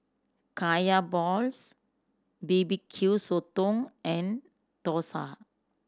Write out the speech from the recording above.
Kaya balls B B Q Sotong and dosa